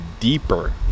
Deeper